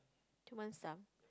do you want some